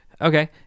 Okay